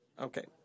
Okay